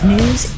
News